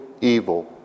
evil